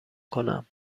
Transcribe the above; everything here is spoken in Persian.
کنم